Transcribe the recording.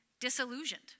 disillusioned